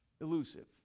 elusive